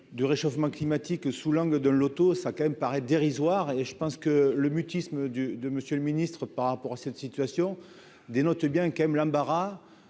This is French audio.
du réchauffement climatique sous l'angle de l'auto, ça quand même paraître dérisoires et je pense que le mutisme du de Monsieur le Ministre, par rapport à cette situation, dénote bien qu'aime l'embarras